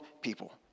people